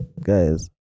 guys